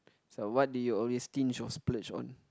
so what do you always stinge or splurge on